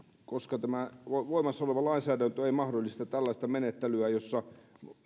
koska tämä voimassa oleva lainsäädäntö ei mahdollista tällaista menettelyä jossa